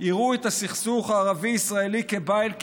יראו את הסכסוך הערבי ישראלי כבא אל קיצו,